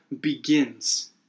begins